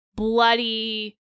bloody